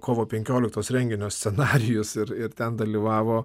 kovo penkioliktos renginio scenarijus ir ir ten dalyvavo